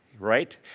right